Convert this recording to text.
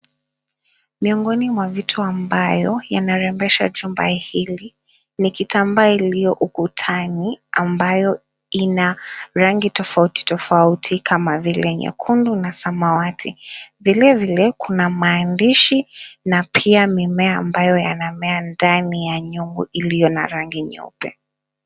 Miongoni ya vitu ambayo yanarembesha jumba hili ni kitambaa iliyo ukutani ambayo ina rangi tofauti tofauti kama vile nyekundu na samawati, vile vile kuna maandishi na mimea ambayo yamemea ndani ya nyungu iliyo ya rangi nyeupe.